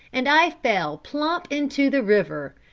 and i fell plump into the river.